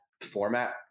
format